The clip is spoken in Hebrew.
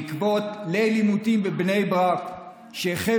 בעקבות ליל עימותים בבני ברק שהחל